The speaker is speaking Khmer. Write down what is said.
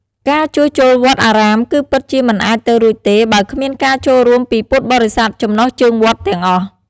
ការជួសជុលវត្តអារាម គឺពិតជាមិនអាចទៅរួចទេបើគ្មានការចូលរួមពីពុទ្ធបរិស័ទចំណុះជើងវត្តទាំងអស់។